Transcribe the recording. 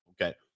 Okay